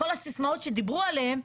כל הסיסמאות שדיברו עליהם,